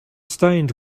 stained